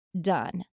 done